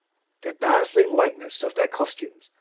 the dazzling whiteness of their costumes,